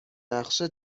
نقشه